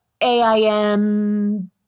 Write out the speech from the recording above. AIM